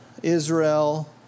Israel